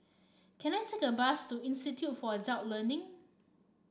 can I take a bus to Institute for Adult Learning